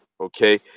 okay